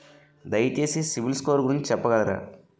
దయచేసి CIBIL score గురించి చెప్పగలరా?